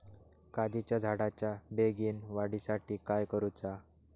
काजीच्या झाडाच्या बेगीन वाढी साठी काय करूचा?